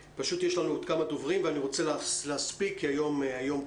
יש לנו עוד כמה דוברים ואני רוצה להספיק לשמוע אותם כי היום קצר.